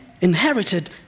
inherited